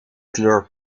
kleur